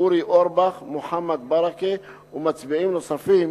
אורי אורבך, מוחמד ברכה ומציעים נוספים